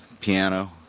piano